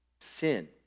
Sin